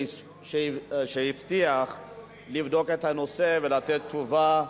שהבטיח לבדוק את הנושא ולתת תשובה,